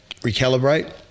recalibrate